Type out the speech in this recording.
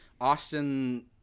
austin